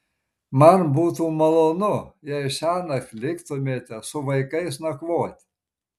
man būtų malonu jei šiąnakt liktumėte su vaikais nakvoti